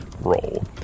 roll